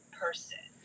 person